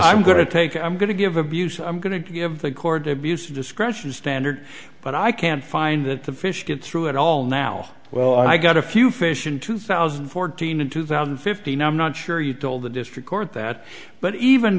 i'm going to take i'm going to give abuse i'm going to give the court abuse of discretion standard but i can't find that the fish get through it all now well i got a few fish in two thousand and fourteen in two thousand and fifteen i'm not sure you told the district court that but even